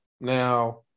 Now